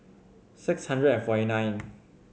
six hundred and forty nine